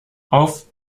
auf